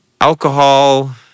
alcohol